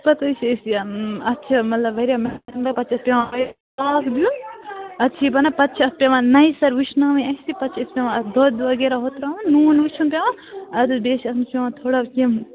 پَتہٕ حظ چھِ أسۍ یہِ اَکھ یہِ مطلب واریاہ محنت لگان پَتہٕ چھِ اَسہِ پٮ۪وان پاکھ دیُن اَدٕ چھِ یہِ بَنان پَتہٕ چھِ اَتھ پٮ۪وان نَیہِ سَرٕ وُشناوٕنۍ اَسہِ پَتہٕ چھِ اَسہِ پٮ۪وان اَتھ دۄہ وغیرہ وۅنۍ ترٛاوُن نوٗن وُچھُن پٮ۪وان اَدٕ حظ بیٚیہِ چھِ اَتھ منٛز پٮ۪وان تھوڑا کیٚنٛہہ